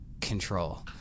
control